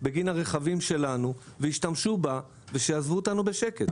בגין הרכבים שלנו וישתמשו בה ויעזבו אותנו בשקט.